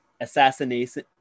Assassination